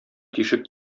тишек